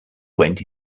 went